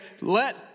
Let